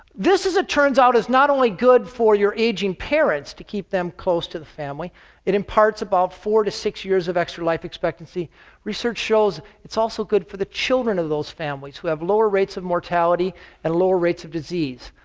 this, as it turns out, is not only good for your aging parents to keep them close to the family it imparts about four to six years of extra life expectancy research shows it's also good for the children of those families, who have lower rates of mortality and lower rates of disease.